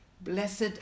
blessed